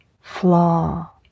flaw